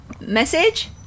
message